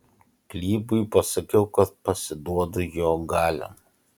klybui pasakiau kad pasiduodu jo galion